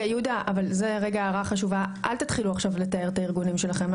הערה חשובה: אל תתחילו לתאר את הארגונים שלכם.